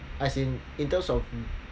as in in terms of